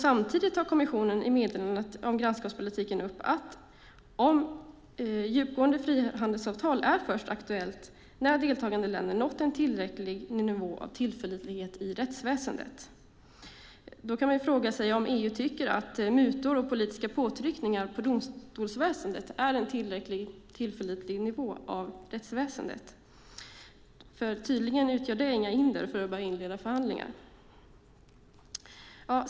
Samtidigt tar kommissionen i meddelandet om grannskapspolitiken upp att djupgående frihandelsavtal är aktuella först när deltagande länder nått en tillräcklig nivå av tillförlitlighet i rättsväsendet. Man kan fråga sig om EU anser att mutor och politiska påtryckningar på domstolsväsendet är en tillräckligt tillförlitlig nivå av rättsväsendet. Tydligen utgör det inga hinder för att inleda förhandlingar.